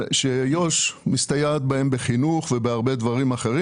שיהודה ושומרון מסתייעת בהם בחינוך ובהרבה דברים אחרים.